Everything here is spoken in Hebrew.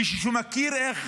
מישהו שמכיר איך